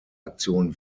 aktion